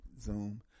Zoom